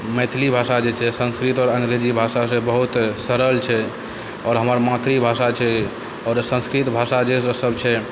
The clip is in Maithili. मैथिली भाषा जे छै संस्कृत आओर अङ्गरेजी भाषासँ बहुत सरल छै आओर हमर मातृभाषा छै आओर संस्कृत भाषा जे सब छै